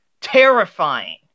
terrifying